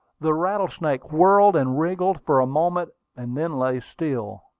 the rattlesnake whirled and wriggled for a moment, and then lay still.